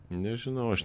nežinau aš